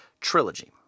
trilogy